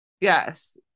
Yes